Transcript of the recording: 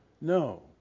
No